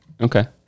Okay